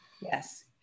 Yes